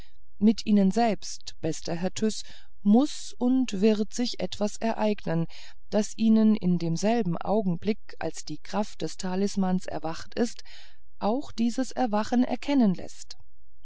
mit ihnen selbst bester herr tyß muß und wird sich etwas ereignen das ihnen in demselben augenblick als die kraft des talismans erwacht ist auch dieses erwachen erkennen läßt